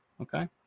Okay